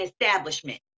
establishment